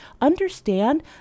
Understand